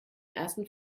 ersten